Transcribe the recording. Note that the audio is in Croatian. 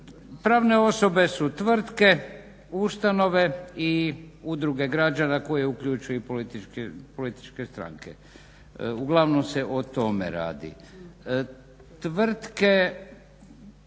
pravne osobe su tvrtke, ustanove i udruge građana koje uključuju političke strane uglavnom se o tome radi.